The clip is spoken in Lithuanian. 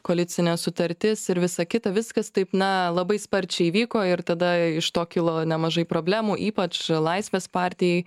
koalicinė sutartis ir visa kita viskas taip na labai sparčiai vyko ir tada iš to kilo nemažai problemų ypač laisvės partijai